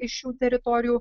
if šių teritorijų